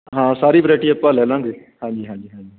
ਹਾਂ ਸਾਰੀ ਵਰੈਟੀ ਆਪਾਂ ਲੈ ਲਾਵਾਂਗੇ ਹਾਂਜੀ ਹਾਂਜੀ ਹਾਂਜੀ